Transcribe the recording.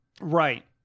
right